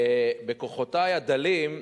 בכוחותי הדלים,